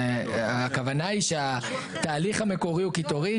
הכוונה היא שהתהליך המקורי הוא קיטורי,